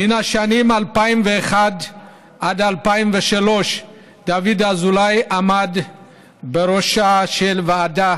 בין השנים 2001 ו-2003 דוד אזולאי עמד בראשה של ועדה